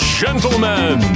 gentlemen